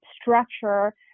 structure